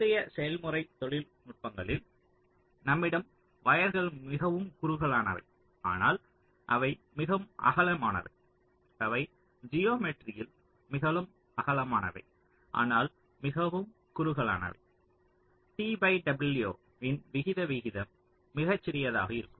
முந்தைய செயல்முறை தொழில் நுட்பங்களில் நம்மிடம் வயர்கள் மிகவும் குறுகலானவை ஆனால் அவை மிகவும் அகலமானவை அவை ஜியோமெட்ரியில் மிகவும் அகலமானவை ஆனால் மிகவும் குறுகலானவை t பை w இன் விகித விகிதம் மிகச் சிறியதாக இருக்கும்